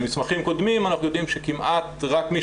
ממסמכים קודמים אנחנו יודעים שכמעט רק מי